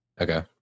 Okay